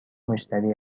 مشتری